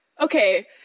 Okay